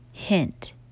Hint